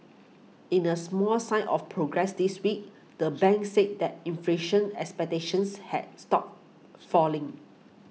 in a small sign of progress this week the bank said that inflation expectations had stopped falling